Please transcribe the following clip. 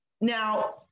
Now